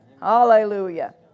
Hallelujah